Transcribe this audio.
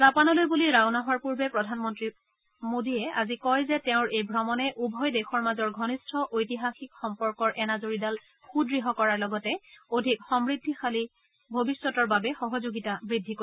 জাপানলৈ বুলি ৰাওনা হোৱাৰ পূৰ্বে প্ৰধানমন্ত্ৰী মোডীয়ে আজি কয় যে তেওঁৰ এই ভ্ৰমণে উভয় দেশৰ মাজৰ ঘনিষ্ঠ ঐতিহাসিক সম্পৰ্কৰ এনাজৰীডাল সুদৃঢ় কৰাৰ লগতে অধিক সমূদ্ধিশালী ভৱিষ্যতৰ বাবে সহযোগিতা বৃদ্ধি কৰিব